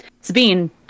sabine